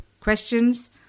questions